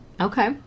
Okay